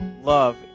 love